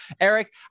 Eric